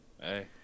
Hey